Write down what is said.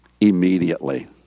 immediately